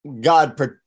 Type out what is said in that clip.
God